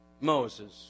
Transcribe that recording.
Moses